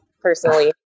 personally